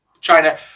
china